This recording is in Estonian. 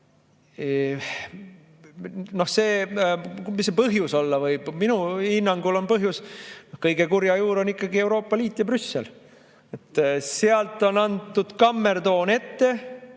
innustav. Mis see põhjus olla võib? Minu hinnangul on põhjus, kõige kurja juur ikkagi Euroopa Liit ja Brüssel. Sealt on antud kammertoon ette: